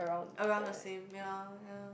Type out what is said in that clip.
around the same ya ya